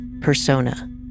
persona